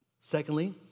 Secondly